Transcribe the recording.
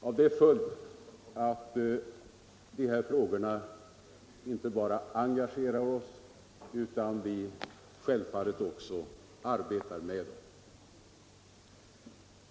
Av det följer att vi inte bara engageras av denna fråga utan att vi självfallet också arbetar med den.